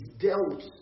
dealt